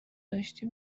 داشتی